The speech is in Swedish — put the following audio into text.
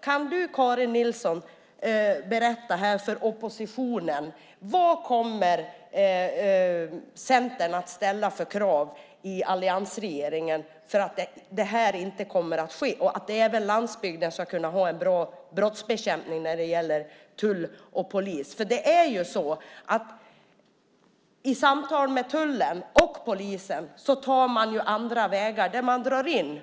Kan du, Karin Nilsson, berätta för oppositionen vad Centern kommer att ställa för krav i alliansregeringen för att det här inte kommer att ske, så att även landsbygden ska kunna ha en bra brottsbekämpning när det gäller tull och polis? Det är ju så när det gäller tullen och polisen att man tar andra vägar. Där man drar in